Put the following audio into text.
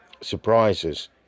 surprises